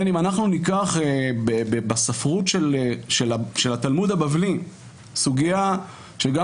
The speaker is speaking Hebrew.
אם אנחנו ניקח בספרות של התלמוד הבבלי סוגיה שגם